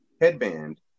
headband